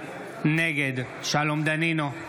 נגד שלום דנינו,